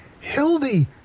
Hildy